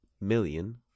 million